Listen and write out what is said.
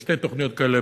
יש שתי תוכניות כאלה.